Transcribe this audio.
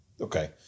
Okay